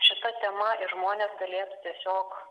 šita tema ir žmonės galėtų tiesiog